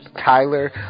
Tyler